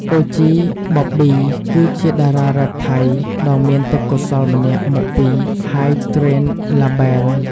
OG Bobby គឺជាតារារ៉េបថៃដ៏មានទេពកោសល្យម្នាក់មកពី Hype Train label។